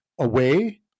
away